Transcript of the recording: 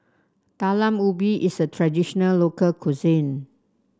Talam Ubi is a traditional local cuisine